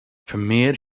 premiered